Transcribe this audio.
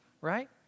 right